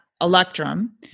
electrum